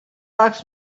ask